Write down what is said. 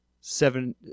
Seven